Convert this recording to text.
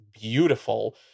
beautiful